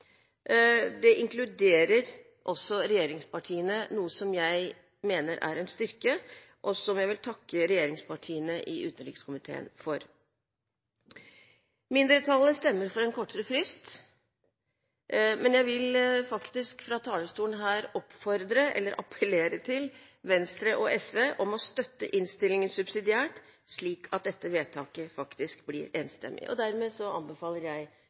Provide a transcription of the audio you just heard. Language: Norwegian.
det inkluderer også regjeringspartiene, noe som jeg mener er en styrke, og som jeg vil takke regjeringspartiene i utenrikskomiteen for. Mindretallet stemmer for en kortere frist. Jeg vil fra talerstolen her appellere til Venstre og SV om å støtte innstillingen subsidiært, slik at dette vedtaket faktisk blir enstemmig. Dermed anbefaler jeg